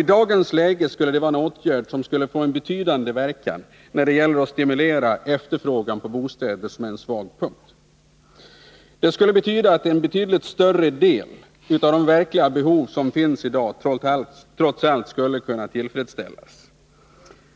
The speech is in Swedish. I dagens läge skulle det vara en åtgärd som skulle få en betydande verkan när det gäller att stimulera efterfrågan på bostäder, som är en svag punkt. Det skulle betyda att en betydligt större del av de verkliga behov som finns i dag trots allt skulle kunna tillfredsställas.